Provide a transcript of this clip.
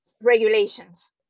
regulations